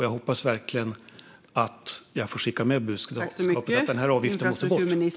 Jag vill verkligen skicka med budskapet att den måste bort.